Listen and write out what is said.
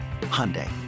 Hyundai